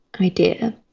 idea